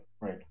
right